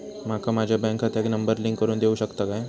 माका माझ्या बँक खात्याक नंबर लिंक करून देऊ शकता काय?